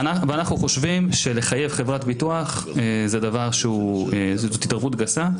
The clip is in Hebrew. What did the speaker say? אנחנו חושבים שלחייב חברת ביטוח זו התערבות גסה.